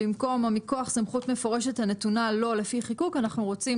במקום "ומכוח סמכות מפורשת הנתונה לו לפי חיקוק" אנחנו רוצים